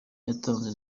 yatanze